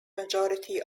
majority